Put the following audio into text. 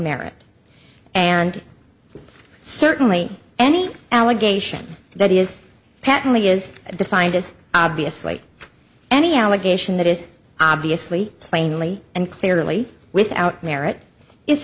merit and certainly any allegation that is patently is defined as obviously any allegation that is obviously plainly and clearly without merit i